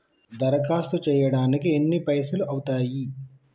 దరఖాస్తు చేయడానికి ఎన్ని పైసలు అవుతయీ?